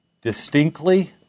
distinctly